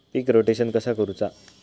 पीक rotation कसा करूचा?